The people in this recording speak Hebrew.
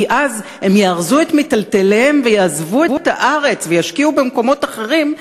אז הם יארזו את מיטלטליהם ויעזבו את הארץ וישקיעו במקומות אחרים,